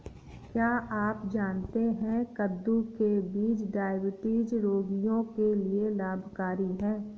क्या आप जानते है कद्दू के बीज डायबिटीज रोगियों के लिए लाभकारी है?